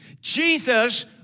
Jesus